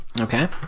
okay